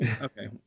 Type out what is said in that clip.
Okay